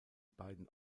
beiden